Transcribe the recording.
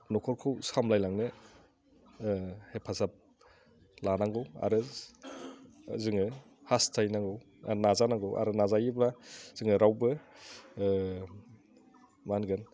न'खरखौ सामलायलांनो हेफाजाब लानांगौ आरो जोङो हास्थायनांगौ नाजानांगौ आरो नाजायोब्ला जोङो रावबो मा होनगोन